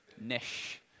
nish